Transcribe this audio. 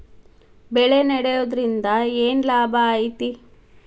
ಬೆಳೆ ನೆಡುದ್ರಿಂದ ಏನ್ ಲಾಭ ಐತಿ?